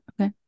okay